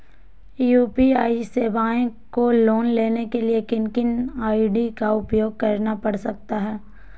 UPI सेवाएं को लाने के लिए किन किन आई.डी का उपयोग करना पड़ सकता है?